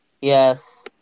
Yes